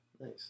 nice